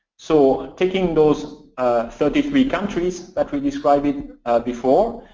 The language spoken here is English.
so taking those thirty three countries that we described before,